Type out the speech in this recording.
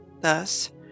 Thus